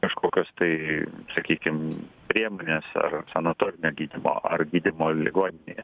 kažkokios tai sakykim priemonės ar sanatorinio gydymo ar gydymo ligoninėje